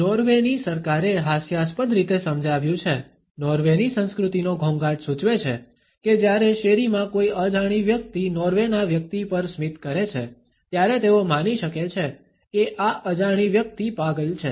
Norway ની સરકારે હાસ્યાસ્પદ રીતે સમજાવ્યું છે નોર્વેની સંસ્કૃતિનો ઘોંઘાટ સૂચવે છે કે જ્યારે શેરીમાં કોઈ અજાણી વ્યક્તિ નોર્વેના વ્યક્તિ પર સ્મિત કરે છે ત્યારે તેઓ માની શકે છે કે આ અજાણી વ્યક્તિ પાગલ છે